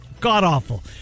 God-awful